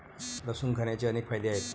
लसूण खाण्याचे अनेक फायदे आहेत